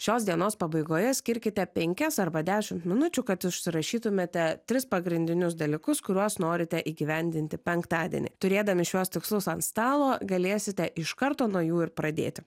šios dienos pabaigoje skirkite penkias arba dešim minučių kad užsirašytumėte tris pagrindinius dalykus kuriuos norite įgyvendinti penktadienį turėdami šiuos tikslus ant stalo galėsite iš karto nuo jų ir pradėti